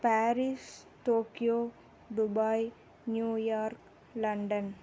Paris Tokyo Dubai New York London